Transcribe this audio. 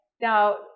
Now